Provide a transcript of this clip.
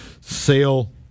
Sale